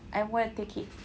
I want to take it